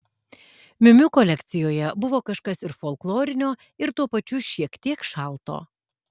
miu miu kolekcijoje buvo kažkas ir folklorinio ir tuo pačiu šiek tiek šalto